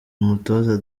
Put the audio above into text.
umutoza